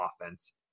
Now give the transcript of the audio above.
offense